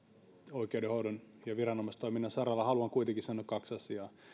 oikeudenhoidon ja viranomaistoiminnan saralla haluan kuitenkin sanoa kaksi asiaa